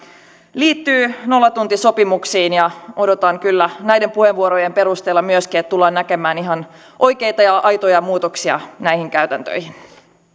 liittyy nollatuntisopimuksiin ja odotan kyllä näiden puheenvuorojen perusteella myöskin että tullaan näkemään ihan oikeita ja aitoja muutoksia näihin käytäntöihin